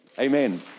Amen